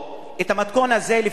את המתכון הזה, לפי דעתי,